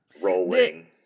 rolling